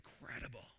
incredible